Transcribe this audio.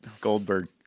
Goldberg